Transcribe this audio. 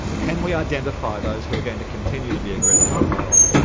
can we identify those who are going to continue to be aggressive and violent?